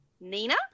Nina